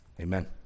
Amen